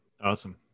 awesome